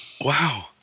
Wow